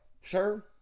Sir